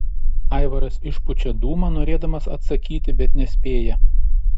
aivaras išpučia dūmą norėdamas atsakyti bet nespėja